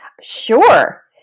Sure